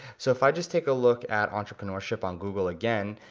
so if i just take a look at entrepreneurship on google again,